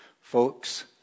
Folks